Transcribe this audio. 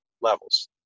levels